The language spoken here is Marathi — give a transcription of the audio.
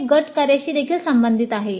हे गटकार्याशी देखील संबंधित आहे